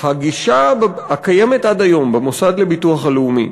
הגישה הקיימת עד היום במוסד לביטוח הלאומי,